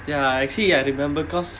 ya actually I remember because